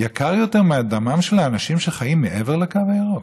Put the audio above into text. יקר יותר מדמם של האנשים שחיים מעבר לקו הירוק?